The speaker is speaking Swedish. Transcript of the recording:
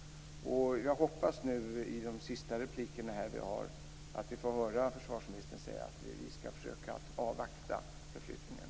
Jag hoppas att vi i de sista replikerna får höra försvarsministern säga att vi skall försöka avvakta med förflyttningen.